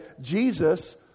Jesus